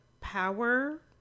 power